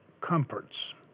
comforts